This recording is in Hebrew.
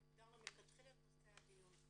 הגדרנו מלכתחילה את נושא הדיון.